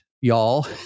y'all